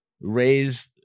raised